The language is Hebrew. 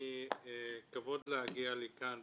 כבוד להגיע לכאן.